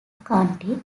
county